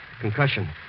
Concussion